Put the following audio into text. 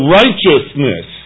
righteousness